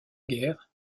guerre